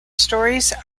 stories